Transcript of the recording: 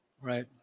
Right